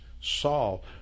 Saul